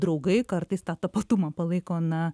draugai kartais tą tapatumą palaiko na